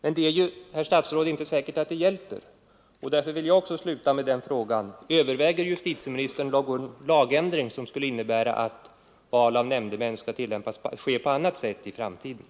Men det är, herr statsråd, inte säkert att detta hjälper. Därför vill även jag sluta med att ställa en fråga: Överväger justitieministern någon lagändring som skulle innebära att val av nämndemän skall ske på annat sätt i framtiden?